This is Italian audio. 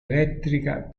elettrica